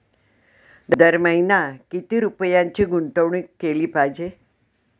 दर महिना किती रुपयांची गुंतवणूक केली पाहिजे?